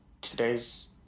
today's